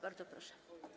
Bardzo proszę.